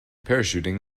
parachuting